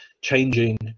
changing